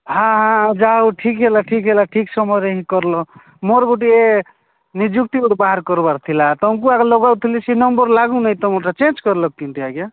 ହାଁ ହାଁ ଯା ହଉ ଠିକ ହେଲା ଠିକ ହେଲା ଠିକ୍ ସମୟରେ ହିଁ କରଲ ମୋର ଗୋଟିଏ ନିଯୁକ୍ତି ଗୋଟେ ବାହାର କର୍ବାର ଥିଲା ତମ୍କୁ ଆଗ ଲଗାଉଥିଲି ସେ ନମ୍ବର ଲାଗୁନି ତମର୍ଟା ଚେଞ୍ଜ କରଲକ୍ କିନ୍ତି ଆଜ୍ଞା